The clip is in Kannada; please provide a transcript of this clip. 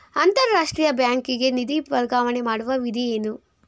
ಅಂತಾರಾಷ್ಟ್ರೀಯ ಬ್ಯಾಂಕಿಗೆ ನಿಧಿ ವರ್ಗಾವಣೆ ಮಾಡುವ ವಿಧಿ ಏನು?